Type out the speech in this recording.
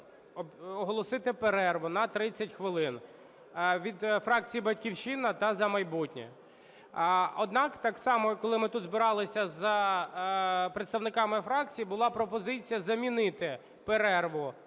оголосити перерву на 30 хвилин, від фракцій "Батьківщина" та "За майбутнє". Однак так само, коли ми тут збиралися з представниками фракцій, була пропозиція замінити перерву,